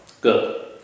Good